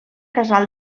casal